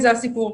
זה הסיפור.